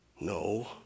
No